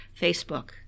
Facebook